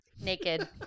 Naked